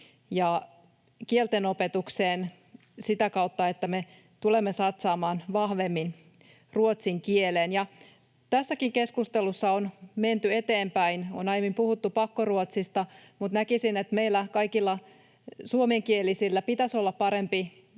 ja kieltenopetukseen sitä kautta, että me tulemme satsaamaan vahvemmin ruotsin kieleen. Ja tässäkin keskustelussa on menty eteenpäin. On aiemmin puhuttu pakkoruotsista, mutta näkisin, että meillä kaikilla suomenkielisillä pitäisi olla parempi